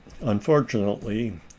unfortunately